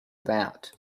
that